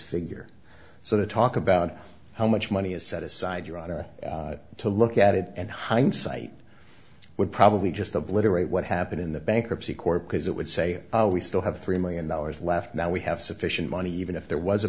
figure so to talk about how much money is set aside your honor to look at it and hindsight would probably just obliterate what happened in the bankruptcy court because it would say we still have three million dollars left now we have sufficient money even if there was a